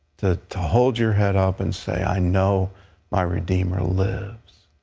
to to hold your head up and say, i know my redeemer lives,